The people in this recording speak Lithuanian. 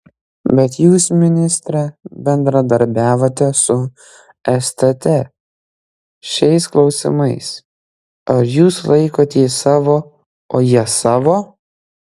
bet jūs ministre bendradarbiavote su stt šiais klausimais ar jūs laikotės savo o jie savo